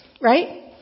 right